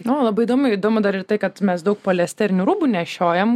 o labai įdomu įdomu dar ir tai kad mes daug poliesterinių rūbų nešiojam